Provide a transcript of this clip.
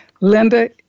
Linda